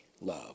love